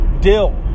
dill